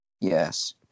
Yes